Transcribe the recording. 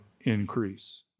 increase